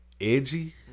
Edgy